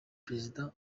perezida